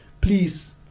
please